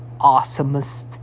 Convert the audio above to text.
awesomest